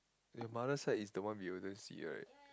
your mother side is the one we wouldn't see right